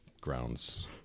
grounds